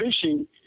fishing